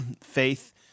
faith